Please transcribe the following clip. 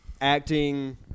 acting